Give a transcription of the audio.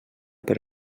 per